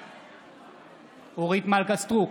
בעד אורית מלכה סטרוק,